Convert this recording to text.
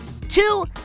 Two